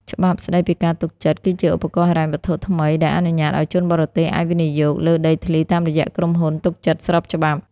ច្បាប់ស្ដីពីការទុកចិត្ត គឺជាឧបករណ៍ហិរញ្ញវត្ថុថ្មីដែលអនុញ្ញាតឱ្យជនបរទេសអាចវិនិយោគលើដីធ្លីតាមរយៈក្រុមហ៊ុនទុកចិត្តស្របច្បាប់។